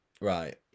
Right